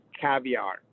caviar